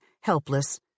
helpless